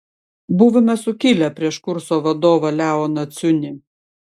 buvome sukilę prieš kurso vadovą leoną ciunį